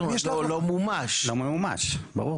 לא מומש.